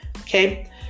okay